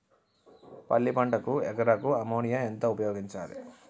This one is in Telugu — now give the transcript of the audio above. పల్లి పంటకు ఎకరాకు అమోనియా ఎంత ఉపయోగించాలి?